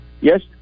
Yes